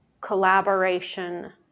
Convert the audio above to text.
collaboration